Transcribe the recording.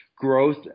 growth